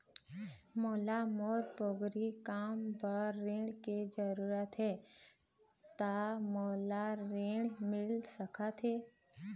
मोला मोर पोगरी काम बर ऋण के जरूरत हे ता मोला ऋण मिल सकत हे?